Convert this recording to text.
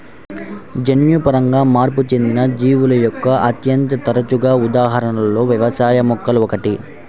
జన్యుపరంగా మార్పు చెందిన జీవుల యొక్క అత్యంత తరచుగా ఉదాహరణలలో వ్యవసాయ మొక్కలు ఒకటి